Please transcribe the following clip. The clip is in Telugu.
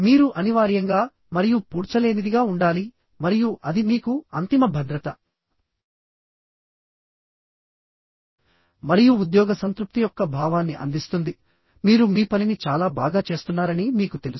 మీరు అనివార్యంగా మరియు పూడ్చలేనిదిగా ఉండాలి మరియు అది మీకు అంతిమ భద్రత మరియు ఉద్యోగ సంతృప్తి యొక్క భావాన్ని అందిస్తుంది మీరు మీ పనిని చాలా బాగా చేస్తున్నారని మీకు తెలుసు